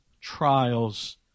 trials